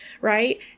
right